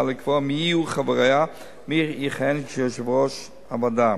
ולקבוע מי יהיו חבריה ומי יכהן כיושב-ראש הוועדה: